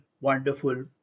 wonderful